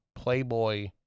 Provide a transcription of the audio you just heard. playboy